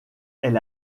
elle